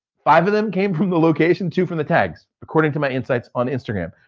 five of them came from the location, two from the tags, according to my insights on instagram.